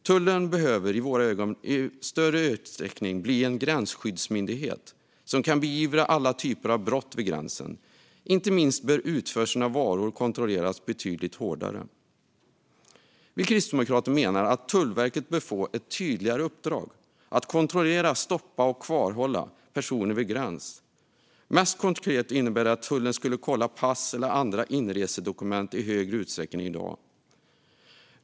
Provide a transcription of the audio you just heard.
Tullen behöver i våra ögon i större utsträckning bli en gränsskyddsmyndighet som kan beivra alla typer av brott vid gränsen. Inte minst bör utförseln av varor kontrolleras betydligt hårdare. Vi kristdemokrater menar att Tullverket bör få ett tydligare uppdrag att kontrollera, stoppa och kvarhålla personer vid gräns. Mest konkret innebär det att tullen ska kolla pass eller andra inresedokument i större utsträckning än i dag.